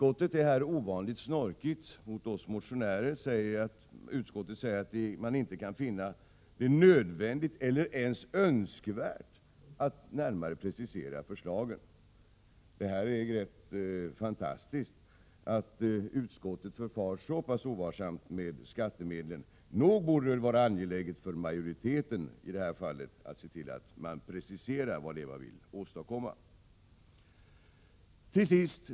Det är rätt snorkigt mot oss motionärer när utskottet skriver att det inte finner det ”nödvändigt eller ens önskvärt att ytterligare precisera förslagen beträffande kontaktverksamheten”. Det är egentligen fantastiskt att utskottet förfar så ovarsamt med skattemedel. Nog borde det vara angeläget för majoriteten att i detta fall precisera vad det är man vill åstadkomma.